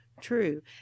True